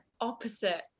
opposite